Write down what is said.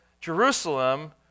Jerusalem